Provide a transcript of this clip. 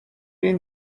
این